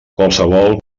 qualsevol